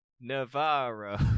Navarro